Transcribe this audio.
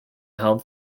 held